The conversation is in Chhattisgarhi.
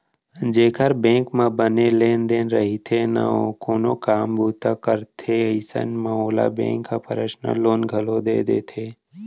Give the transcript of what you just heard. जेकर बेंक म बने लेन देन रइथे ना कोनो काम बूता करथे अइसन म ओला बेंक ह पर्सनल लोन घलौ दे देथे